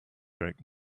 break